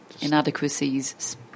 inadequacies